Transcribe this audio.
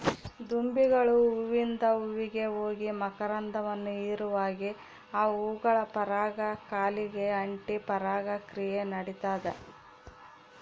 ದುಂಬಿಗಳು ಹೂವಿಂದ ಹೂವಿಗೆ ಹೋಗಿ ಮಕರಂದವನ್ನು ಹೀರುವಾಗೆ ಆ ಹೂಗಳ ಪರಾಗ ಕಾಲಿಗೆ ಅಂಟಿ ಪರಾಗ ಕ್ರಿಯೆ ನಡಿತದ